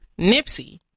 Nipsey